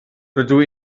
rydw